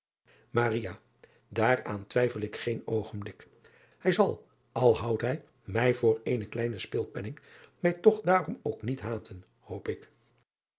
aaraan twijfel ik geen oogenblik ij zal al houdt hij mij voor eene kleine spilpenning mij toch daarom ook niet haten hoop ik